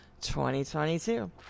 2022